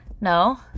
No